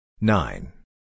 Nine